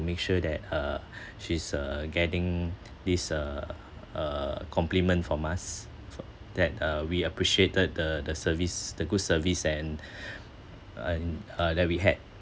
make sure that uh she's uh getting this uh uh compliment from us for that uh we appreciated the the service the good service and and uh that we had